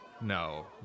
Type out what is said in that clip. no